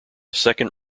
second